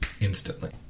instantly